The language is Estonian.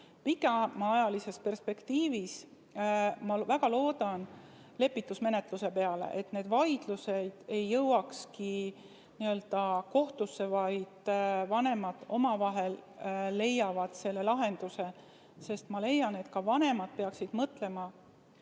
Pikemas perspektiivis ma väga loodan lepitusmenetluse peale, et need vaidlused ei jõuakski kohtusse, vaid vanemad omavahel leiavad lahenduse. Ma leian, et vanemad peaksid mõtlema,